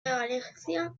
valencia